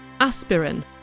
Aspirin